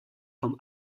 vom